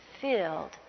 filled